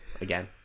Again